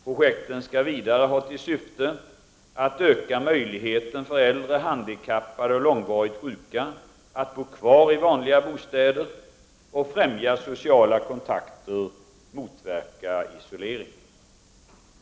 Projekten skall vidare ha till syfte att — öka möjligheten för äldre, handikappade och långvarigt sjuka att bo kvar i vanliga bostäder samt — främja sociala kontakter och motverka isolering.